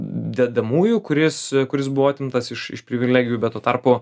dedamųjų kuris kuris buvo atimtas iš iš privilegijų bet tuo tarpu